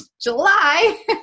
July